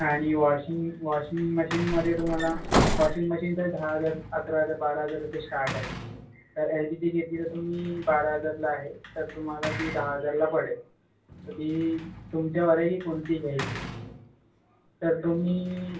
आणि washing washing मशीनमध्ये तुम्हाला वॉशिंग वॉशिंग तरी दहा हजार अकरा हजार बारा हजाराचे स्टार्ट आहे तर एल जीची घेतली तर तुम्ही बारा हजारला आहे तर तुम्हाला ती दहा हजारला पडेल तर ती तुमच्यावर आहे की कोणती घ्यायची तर तुम्ही